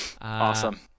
Awesome